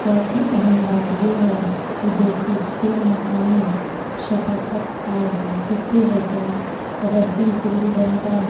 چوتھی اہم بات یہ ہے کہ دیکھیے کھیل مقامی ثقافت اور حصے ہوتے ہیں کبڈی گلی ڈنڈا